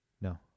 no